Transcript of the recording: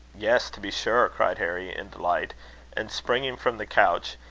yes, to be sure! cried harry in delight and, springing from the couch,